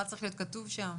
מה צריך להיות כתוב שם.